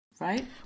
Right